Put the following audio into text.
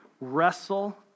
wrestle